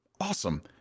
Awesome